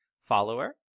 follower